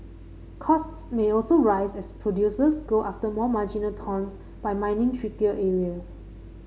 costs may also rise as producers go after more marginal tons by mining trickier areas